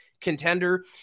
contender